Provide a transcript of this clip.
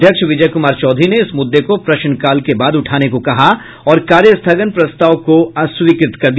अध्यक्ष विजय कुमार चौधरी ने इस मुद्दे को प्रश्नकाल के बाद उठाने को कहा और कार्य स्थगन प्रस्ताव को अस्वीकृत कर दिया